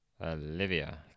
Olivia